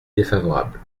défavorable